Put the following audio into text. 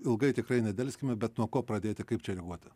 ilgai tikrai nedelskime bet nuo ko pradėti kaip čia reaguoti